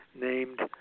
named